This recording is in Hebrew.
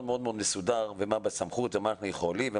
ישבתי עם הבן שלי כל יום סדר גודל של בין 3